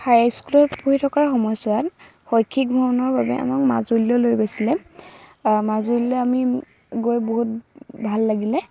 হাইস্কুলত পঢ়ি থকা সময়ছোৱাত শৈক্ষিক ভ্ৰমণৰ বাবে আমাক মাজুলীলৈ লৈ গৈছিলে মাজুলীলৈ আমি গৈ বহুত ভাল লাগিলে